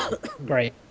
Great